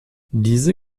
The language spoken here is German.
diese